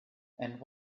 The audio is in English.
and